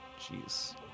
jeez